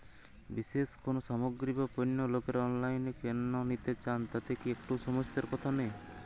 বিশেষ কোনো সামগ্রী বা পণ্য লোকেরা অনলাইনে কেন নিতে চান তাতে কি একটুও সমস্যার কথা নেই?